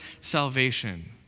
salvation